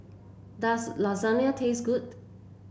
does Lasagna taste good